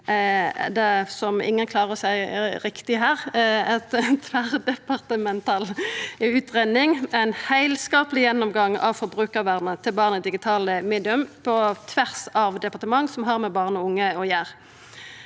det som ingen klarar å seia rett her – ei tverrdepartemental utgreiing, ein heilskapleg gjennomgang av forbrukarvernet til barn i digitale medium, på tvers av departement, som har med barn og unge å gjera.